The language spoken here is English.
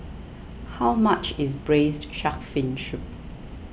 how much is Braised Shark Fin Soup